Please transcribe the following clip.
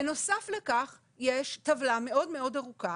בנוסף לכך יש טבלה מאוד מאוד ארוכה